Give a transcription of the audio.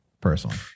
personally